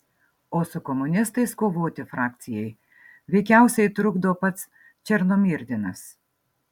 o su komunistais kovoti frakcijai veikiausiai trukdo pats černomyrdinas